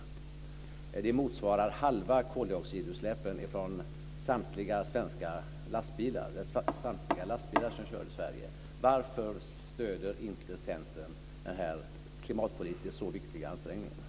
Det motsvarar hälften av koldioxidutsläppen från samtliga lastbilar som kör i Sverige. Varför stöder inte Centern de här klimatpolitiskt så viktiga ansträngningarna?